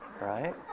right